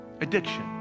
Addiction